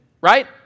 right